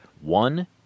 One